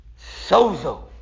sozo